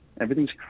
Everything's